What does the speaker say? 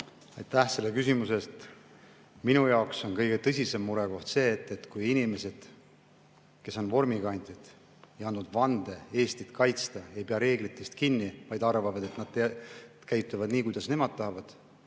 Aitäh küsimuse eest! Minu jaoks on kõige tõsisem murekoht see, kui inimesed, kes on vormikandjaid ja andnud vande Eestit kaitsta, ei pea reeglitest kinni, vaid arvavad, et nad käituvad nii, kuidas nemad tahavad.